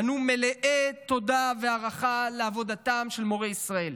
אנו מלאי תודה והערכה לעבודתם של מורי ישראל.